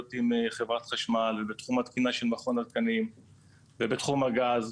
עם חברת חשמל ובתחום התקינה של מכון התקנים ובתחום הגז.